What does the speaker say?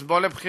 אז בוא לבחירות.